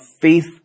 faith